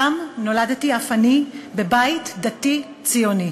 שם נולדתי אף אני, בבית דתי ציוני.